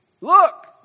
Look